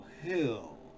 Hill